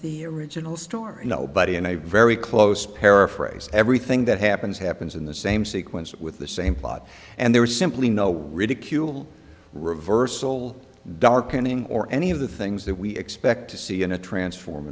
the original story nobody in a very close paraphrase everything that happens happens in the same sequence with the same plot and there is simply no ridicule reversal darkening or any of the things that we expect to see in a transform